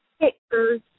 pictures